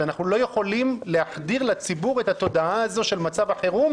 שאנחנו לא יכולים להחדיר לציבור את התודעה הזאת של מצב החירום,